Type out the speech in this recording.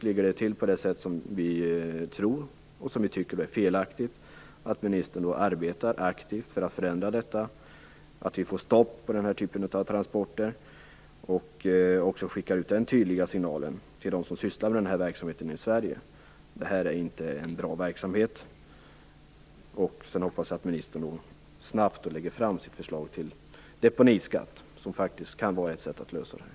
Ligger det till på det sätt som vi tror, och som vi tycker är felaktigt, så hoppas jag att ministern arbetar aktivt för att förändra det, så att vi får stopp på denna typ av transporter. Jag hoppas också att hon skickar ut den tydliga signalen till dem som sysslar med detta i Sverige, att det inte är en bra verksamhet. Sedan hoppas jag att ministern snabbt lägger fram ett förslag till deponiskatt. Det kan faktiskt vara ett sätt att lösa detta.